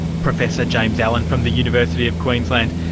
professor james allen from the university of queensland.